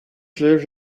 cleared